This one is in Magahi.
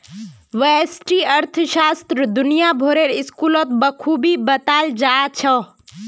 व्यष्टि अर्थशास्त्र दुनिया भरेर स्कूलत बखूबी बताल जा छह